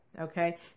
Okay